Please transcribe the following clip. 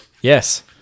Yes